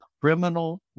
criminal